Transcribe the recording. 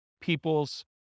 people's